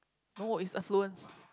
no it's affluence